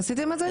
עשיתם את זה?